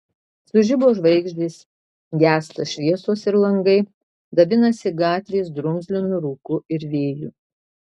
sužibo žvaigždės gęsta šviesos ir langai dabinasi gatvės drumzlinu rūku ir vėju